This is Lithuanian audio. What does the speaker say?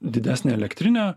didesnė elektrinė